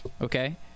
okay